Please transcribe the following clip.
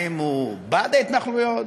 האם הוא בעד ההתנחלויות?